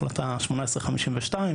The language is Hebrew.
החלטה 1852,